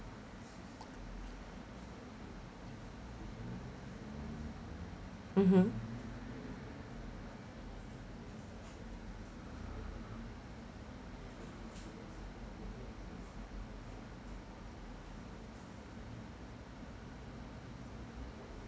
mmhmm